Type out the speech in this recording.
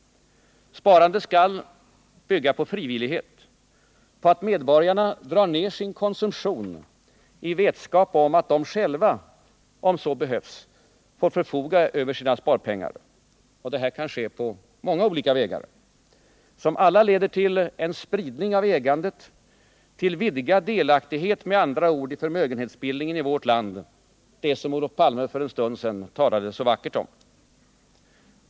Sparandet skall bygga på frivillighet, på att medborgarna drar ner sin konsumtion i vetskap om att de själva — om så behövs — får förfoga över sina sparpengar. Detta kan ske på många olika vägar, som alla leder till en spridning av ägandet, med andra ord vidgad delaktighet i förmögenhetsbildningen i vårt land, det som Olof Palme för en stund sedan talade så vackert om.